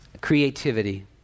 Creativity